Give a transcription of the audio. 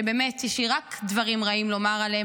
שיש לי רק דברים רעים לומר עליהם,